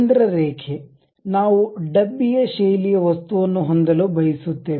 ಕೇಂದ್ರ ರೇಖೆ ನಾವು ಡಬ್ಬಿಯ ಶೈಲಿಯ ವಸ್ತುವನ್ನು ಹೊಂದಲು ಬಯಸುತ್ತೇವೆ